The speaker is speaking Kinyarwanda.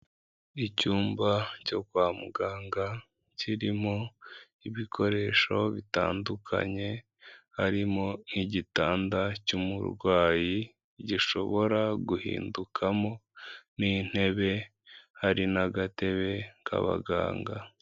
Icyumba cyo kwa muganga kirimo ibikoresho bitandukanye; harimo nk'igitanda cy'umurwayi gishobora guhindukamo n'intebe; hari n'agatebe k'abaganga.